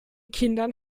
kindern